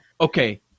okay